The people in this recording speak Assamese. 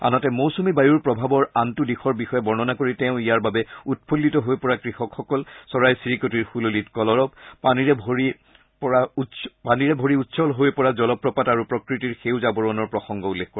আনহাতে মৌচূমী বায়ুৰ প্ৰভাৱৰ আনটো দিশৰ বিষয়ে বৰ্ণনা কৰি তেওঁ ইয়াৰ বাবে উৎফুল্লিত হৈ পৰা কৃষকসকল চৰাই চিৰিকতিৰ সুললিত কলৰৱ পানীৰে ভৰি উচ্ছল হৈ পৰা জলপ্ৰপাত আৰু প্ৰকৃতিৰ সেউজ আৱৰণৰ প্ৰসংগ উল্লেখ কৰে